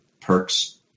perks